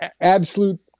absolute